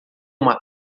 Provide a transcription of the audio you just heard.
uma